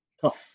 tough